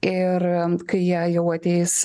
ir kai jie jau ateis